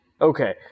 Okay